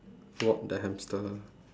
walk the hamster